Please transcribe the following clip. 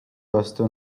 vastu